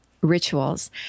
rituals